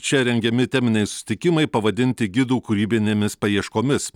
čia rengiami teminiai susitikimai pavadinti gidų kūrybinėmis paieškomis